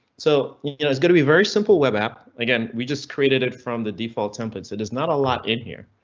so you know it's going to be very simple web app again. we just created it from the default templates. it is not a lot in here,